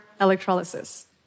electrolysis